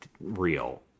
real